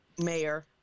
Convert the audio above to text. mayor